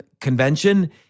convention